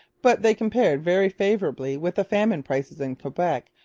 but they compared very favourably with the famine prices in quebec,